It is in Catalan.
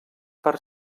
per